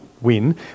win